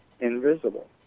invisible